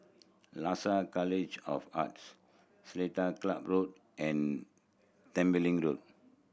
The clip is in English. Lasalle College of Arts Seletar Club Road and Tembeling Road